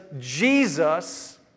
Jesus